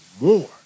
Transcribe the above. more